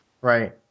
right